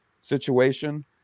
situation